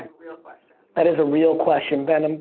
real question. that is a real question, ben. um